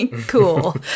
Cool